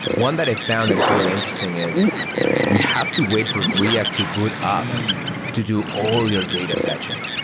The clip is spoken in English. one that i found that is really interesting is you have to wait for react to boot up to do all your data fetching.